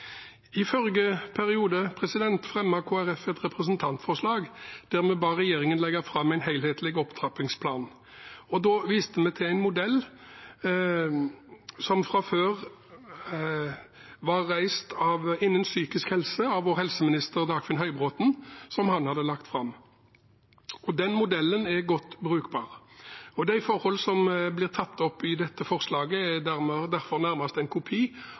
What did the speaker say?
I forrige periode fremmet Kristelig Folkeparti et representantforslag der vi ba regjeringen legge fram en helhetlig opptrappingsplan. Da viste vi til en modell innenfor psykisk helse som fra før var lagt fram av tidligere helseminister Dagfinn Høybråten. Den modellen er godt brukbar. De forholdene som blir tatt opp i dette forslaget, er derfor nærmest en kopi